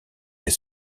des